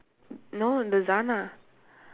no